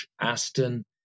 Aston